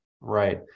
Right